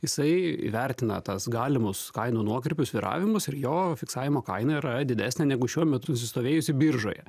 jisai įvertina tas galimus kainų nuokrypius svyravimus ir jo fiksavimo kaina yra didesnė negu šiuo metu nusistovėjusi biržoje